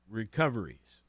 recoveries